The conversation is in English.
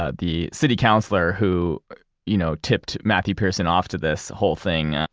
ah the city counselor who you know tipped matthew pearson off to this whole thing,